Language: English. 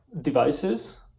devices